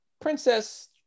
Princess